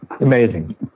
amazing